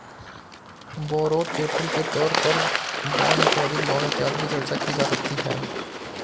borrowed capital के तौर पर बॉन्ड डिपॉजिट लोन इत्यादि की चर्चा की जा सकती है